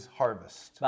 harvest